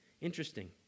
Interesting